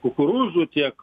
kukurūzų tiek